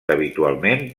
habitualment